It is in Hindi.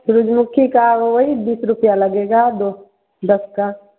सूरुजमुखी का वही बीस रुपये लगेगा दो दस का